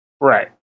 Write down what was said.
Right